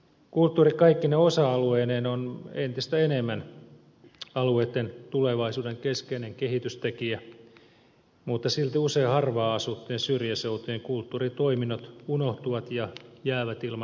kulttuuri kaikkine osa alueineen on entistä enemmän alueitten tulevaisuuden keskeinen kehitystekijä mutta silti usein harvaanasuttujen syrjäseutujen kulttuuritoiminnot unohtuvat ja jäävät ilman määrärahoja